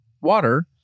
water